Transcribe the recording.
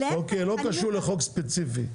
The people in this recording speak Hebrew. לא קשור לחוק ספציפי.